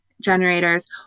generators